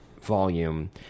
volume